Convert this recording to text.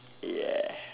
ya